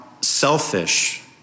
selfish